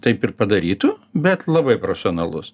taip ir padarytų bet labai profesionalus